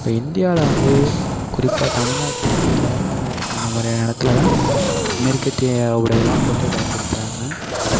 இப்போ இந்தியாவில் வந்து குறிப்பா தமிழ்நாட்டில் கேரளாவில் அந்த மாதிரியான இடத்துல தான் மேற்கத்திய உடையெல்லாம் போட்டு பயன்படுத்துறாங்க